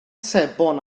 sebon